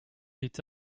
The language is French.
est